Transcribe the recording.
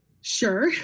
Sure